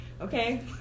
Okay